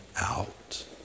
out